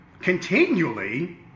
continually